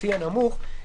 לפי הנמוך".